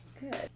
Good